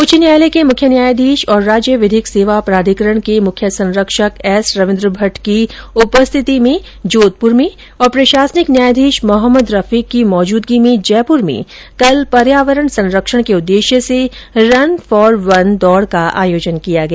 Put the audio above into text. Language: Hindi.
उच्च न्यायालय के मुख्य न्यायाधीश और राज्य विधिक सेवा प्राधिकरण के मुख्य संरक्षक एस रविन्द्र भट्ट की उपस्थिति में जोधपुर में और प्रशासनिक न्यायाधीश मोहम्मद रफीक की मौजूदगी में जयपुर में कल पर्यावरण संरक्षण के उद्देश्य से रन फॉर वन दौड़ का आयोजन किया गया